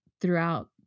throughout